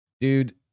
Dude